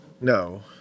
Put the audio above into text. No